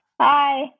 Hi